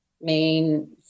main